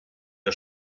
der